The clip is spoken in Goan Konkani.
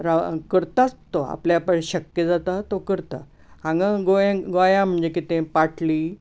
रा करताच तो आपल्याक पळय शक्य जाता तो करता हांगा गोंया गोंया म्हणजे कितें पाटली